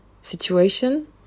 situation